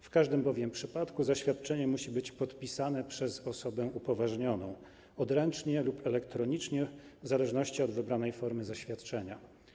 W każdym bowiem przypadku zaświadczenie musi być podpisane przez osobę upoważnioną - odręcznie lub elektronicznie, w zależności od wybranej formy zaświadczenia.